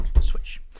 Switch